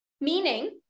meaning